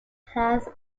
has